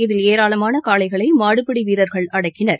இதில் ஏராளமான காளைகளை மாடுபிடி வீரர்கள் அடக்கினர்